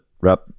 wrap